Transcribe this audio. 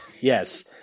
Yes